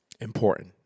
important